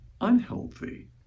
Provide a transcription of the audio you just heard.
unhealthy